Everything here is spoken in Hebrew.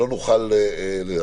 נוכל ל ---.